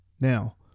Now